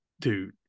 Dude